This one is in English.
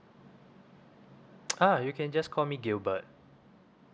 ah you can just call me gilbert